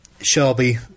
Shelby